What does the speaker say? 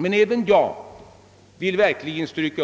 Men jag vill i likhet med herr Arvidson verkligen stryka